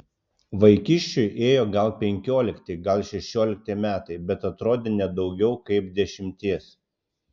vaikiščiui ėjo gal penkiolikti gal šešiolikti metai bet atrodė ne daugiau kaip dešimties